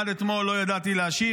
עד אתמול לא ידעתי להשיב.